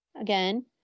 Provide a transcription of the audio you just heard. again